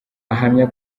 ahamya